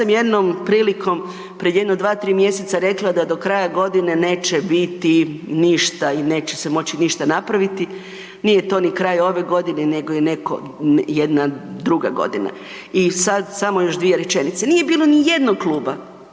Ja sam jednom prilikom prije jedno 2,3 mj. rekla da do kraja godine neće biti ništa i neće se moći ništa napraviti, nije to ni kraj ove godine nego je jedna druga godina. I sad samo još dvije rečenice. Nije bilo nijednog kluba